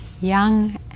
young